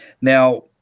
Now